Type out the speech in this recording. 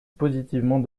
positivement